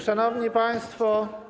Szanowni Państwo!